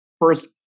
first